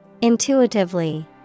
Intuitively